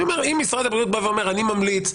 אם משרד הבריאות בא ואומר שהוא ממליץ,